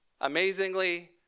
amazingly